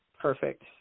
Perfect